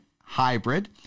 hybrid